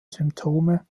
symptome